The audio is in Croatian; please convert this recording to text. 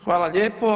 Hvala lijepo.